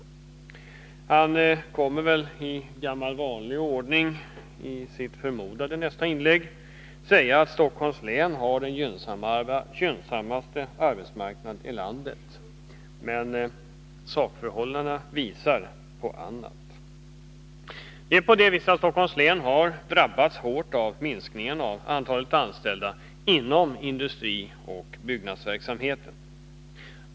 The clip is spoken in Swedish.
I sitt nästa inlägg kommer han väl i gammal vanlig ordning att säga att Stockholms län har den mest gynnsamma arbetsmarknaden i landet. Sakförhållandena visar någonting annat. Stockholms län har drabbats hårt av minskningen av antalet anställda inom industrioch byggnadsverksamheten.